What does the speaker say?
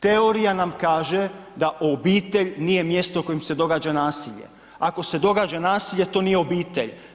Teorija nam kaže da obitelj nije mjesto u kojem se događa nasilje, ako se događa nasilje, to nije obitelj.